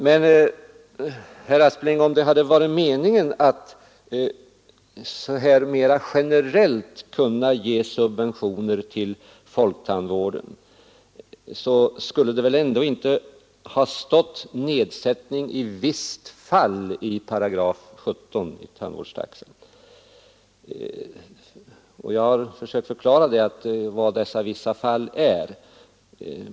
Men, herr Aspling, om det hade varit meningen att så här mera generellt kunna ge subventioner till folktandvården, skulle det väl ändå inte ha talats om nedsättning ”i visst fall” i 17 8 tandvårdstaxan. Jag har försökt förklara vad dessa vissa fall är.